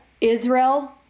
Israel